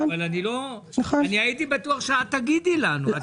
אבל אני הייתי בטוח שאת תגידי לנו.